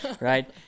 Right